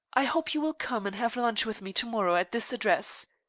i hope you will come and have lunch with me to-morrow, at this address,